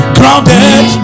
grounded